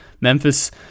Memphis